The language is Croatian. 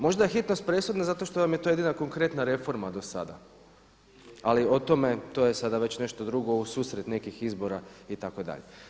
Možda je hitnost presudna zato što vam je to jedina konkretna reforma do sada, ali o tome, to je sada već nešto drugo u susret nekih izbora itd.